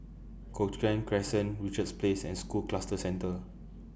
Cochrane Crescent Richards Place and School Cluster Centre